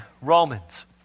Romans